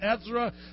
Ezra